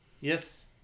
Yes